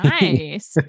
Nice